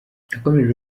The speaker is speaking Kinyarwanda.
yakomeje